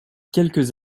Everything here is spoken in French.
quelques